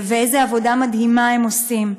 ואיזו עבודה מדהימה הם עושים.